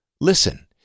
Listen